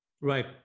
Right